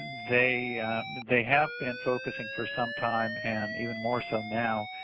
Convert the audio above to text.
they they have been focusing for some time, and even more so now,